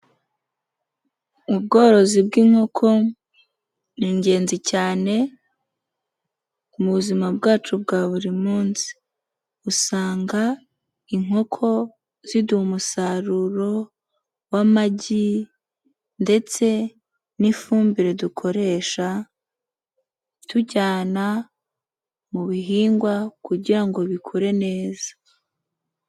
Ubworozi bw'inkoko ni ingenzi cyane mu buzima bwacu bwa buri munsi, usanga inkoko ziduha umusaruro w'amagi ndetse n'ifumbire dukoresha tujyana mu bihingwa kugira bikure neza.